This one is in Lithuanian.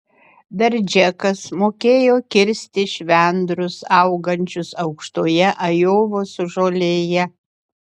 dar džekas mokėjo kirsti švendrus augančius aukštoje ajovos žolėje